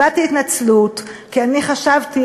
הבעתי התנצלות כי אני חשבתי,